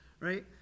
right